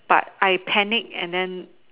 but I panic and then